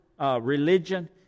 religion